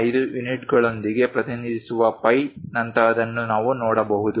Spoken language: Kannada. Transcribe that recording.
005 ಯುನಿಟ್ಗಳೊಂದಿಗೆ ಪ್ರತಿನಿಧಿಸುವ ಫೈ ನಂತಹದನ್ನು ನಾವು ನೋಡಬಹುದು